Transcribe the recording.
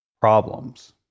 problems